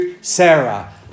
Sarah